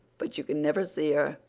but you can never see her.